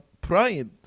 pride